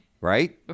right